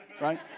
Right